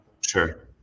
Sure